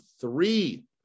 three